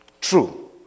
true